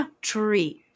treat